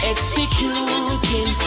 Executing